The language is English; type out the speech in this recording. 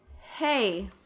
hey